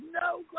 no